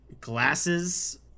glasses